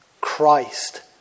Christ